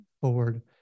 forward